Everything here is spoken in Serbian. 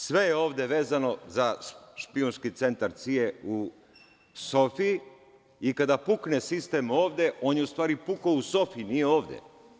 Sve je ovde vezano za špijunski centar CIA u Sofiji i kada pukne sistem ovde, on je u stvari pukao u Sofiji, nije ovde.